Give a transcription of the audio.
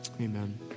amen